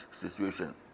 situation